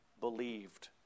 believed